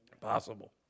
Possible